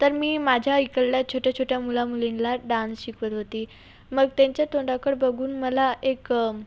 तर मी माझ्या इकडल्या छोट्या छोट्या मुलामुलींला डान्स शिकवत होती मग त्यांच्या तोंडाकडं बघून मला एक